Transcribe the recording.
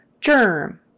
Germ